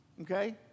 Okay